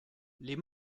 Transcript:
les